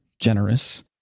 generous